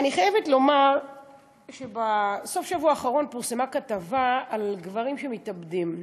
אני חייבת לומר שבסוף השבוע האחרון פורסמה כתבה על גברים שמתאבדים.